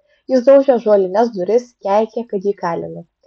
jis daužė ąžuolines duris keikė kad jį kalinu